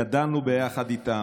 גדלנו ביחד איתם,